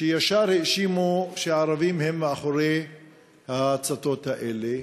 שישר האשימו שהערבים הם מאחורי ההצתות האלה.